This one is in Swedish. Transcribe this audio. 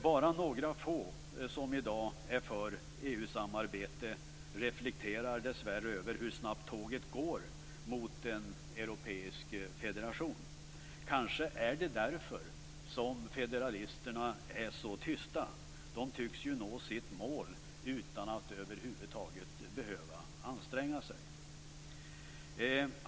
Bara några få som i dag är för EU-samarbetet reflekterar dessvärre över hur snabbt tåget går mot en europeisk federation. Kanske är det därför som federalisterna är så tysta. De tycks nå sitt mål utan att över huvud taget behöva anstränga sig.